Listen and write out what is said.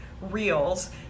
reels